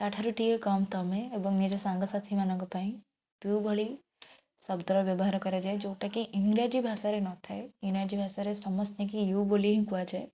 ତା' ଠାରୁ ଟିକିଏ କମ ତୁମେ ଏବଂ ନିଜ ସାଙ୍ଗ ସାଥୀମାନଙ୍କ ପାଇଁ ତୁ ଭଳି ଶବ୍ଦର ବ୍ୟବହାର କରାଯାଏ ଯେଉଁଟାକି ଇଂରାଜୀ ଭାଷାରେ ନଥାଏ ଇଂରାଜୀ ଭାଷାରେ ସମସ୍ତଙ୍କୁ ୟୁ ବୋଲି ହିଁ କୁହାଯାଏ